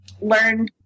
learn